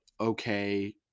okay